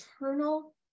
eternal